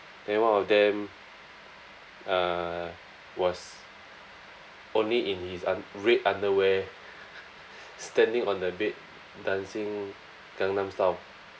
then one of them uh was only in his un~ red underwear standing on the bed dancing gangnam style